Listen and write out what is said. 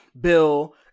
Bill